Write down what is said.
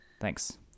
thanks